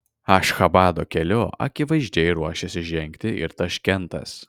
ašchabado keliu akivaizdžiai ruošiasi žengti ir taškentas